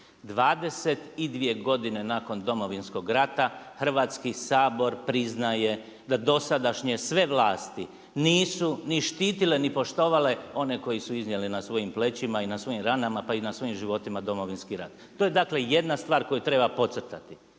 22 godine nakon Domovinskog rata, Hrvatski sabor priznaje da dosadašnje sve vlasti nisu ni štitile ni poštovale one koji su iznijeli na svojim plećima i na svojim ranama pa i na svojim životima, Domovinski rat. To je dakle jedna stvar koju treba podcrtati.